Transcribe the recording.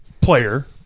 player